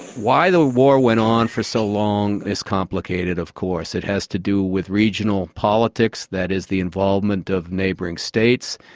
why the war went on for so long is complicated of course. it has to do with regional politics, that is the involvement of neighbouring states,